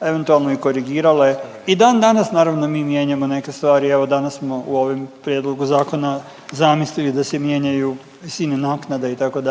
eventualno i korigirale i dan danas naravno mi mijenjamo neke stvari, evo danas smo u ovom prijedlogu zakona zamislili da se mijenjaju visine naknada itd.